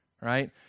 Right